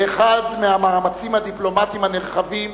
לאחר מאמצים דיפלומטיים נרחבים,